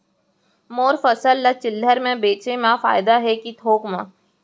मोर फसल ल चिल्हर में बेचे म फायदा है के थोक म?